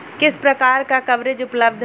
किस प्रकार का कवरेज उपलब्ध है?